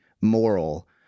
moral